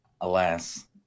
alas